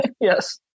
Yes